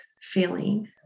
feeling